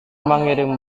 mengirim